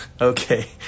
Okay